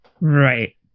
right